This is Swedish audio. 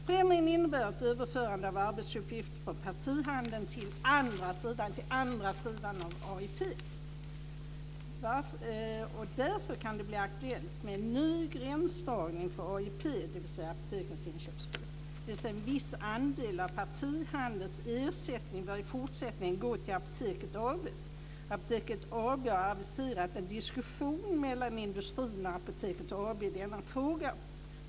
Förändringen innebär att överförande av arbetsuppgifter från partihandeln till andra sidan av AIP. Därför kan det bli aktuellt med en ny gränsdragning för AIP, dvs. apotekens inköpspris. En viss andel av partihandelns ersättning bör i fortsättningen gå till Apoteket AB. Apoteket AB har aviserat en diskussion mellan industrin och Apoteket AB i denna fråga.